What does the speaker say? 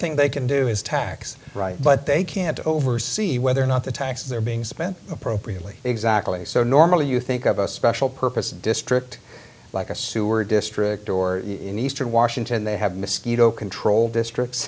thing they can do is tax right but they can't oversee whether or not the taxes are being spent appropriately exactly so normally you think of a special purpose district like a sewer district or in eastern washington they have mosquito control districts